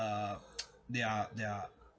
uh there are there are